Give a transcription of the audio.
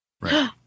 Right